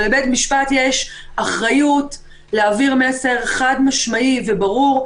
ולבית משפט יש אחריות להעביר מסר חד משמעי וברור,